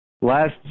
last